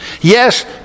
Yes